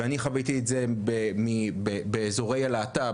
ואני חוויתי את זה באזורי הלהט"ב,